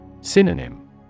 Synonym